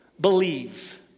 believe